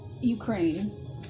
ukraine